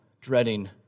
dreading